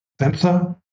sensor